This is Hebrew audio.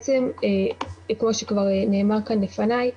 כמו שכבר נאמר כאן לפניי,